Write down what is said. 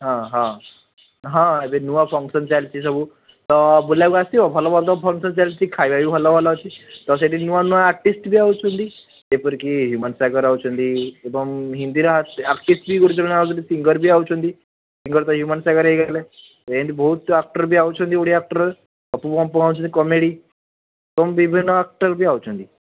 ହଁ ହଁ ହଁ ଏବେ ନୂଆ ଫଙ୍କସନ୍ ଚାଲିଛି ସବୁ ତ ବୁଲିବାକୁ ଆସିବ ଭଲ ଭଲ ଫଙ୍କସନ୍ ଚାଲିଛି ଖାଇବା ବି ଭଲ ଭଲ ଅଛି ତ ସେଇଠି ନୂଆ ନୂଆ ଆର୍ଟିଷ୍ଟ୍ ବି ଆସୁଛନ୍ତି ଏପରି କି ହ୍ୟୁମାନ୍ ସାଗର ଆସୁଛନ୍ତି ଏବଂ ହିନ୍ଦୀର ଆର୍ଟିଷ୍ଟ୍ କିଏ ଗୋଟେ ଜଣେ ଆସୁଛନ୍ତି ସିଙ୍ଗର୍ ବି ଆସୁଛନ୍ତି ସିଙ୍ଗର୍ ତ ହ୍ୟୁମାନ୍ ସାଗର ହେଇଗଲେ ଏମିତି ବହୁତ ଆକ୍ଟର୍ ବି ଆସୁଛନ୍ତି ଓଡ଼ିଆ ଆକ୍ଟର୍ ପପୁ ପମ୍ ପମ୍ ହେଉଛନ୍ତି କମେଡ଼ି ଏବଂ ବିଭିନ୍ନ ଆକ୍ଟର୍ ବି ଆସୁଛନ୍ତି